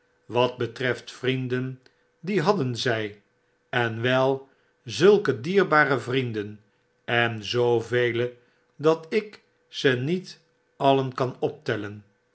wat betreft vrienden die hadden zy en wel zulke dierbare vrienden en zoovele dat ik ze niet alien kan optellen